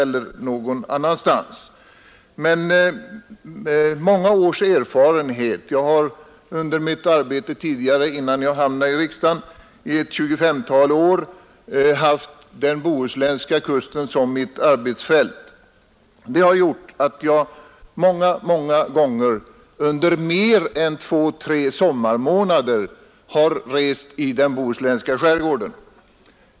Men innan jag hamnade i riksdagen hade jag i ett 25-tal år haft den bohuslänska kusten som mitt arbetsfält. Jag har många gånger under mer än två tre sommarmånader rest i den bohuslänska skärgården.